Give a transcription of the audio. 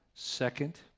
Second